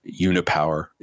unipower